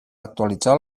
actualitzar